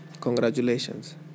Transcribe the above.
Congratulations